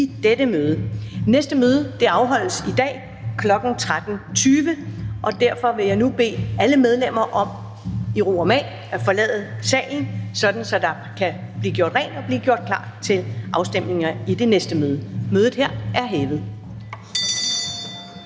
Næste møde afholdes i dag, kl. 13.20. Derfor vil jeg nu bede alle medlemmer om i ro og mag at forlade salen, sådan at der kan blive gjort rent og klart til afstemninger i det næste møde. Mødet er hævet.